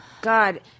God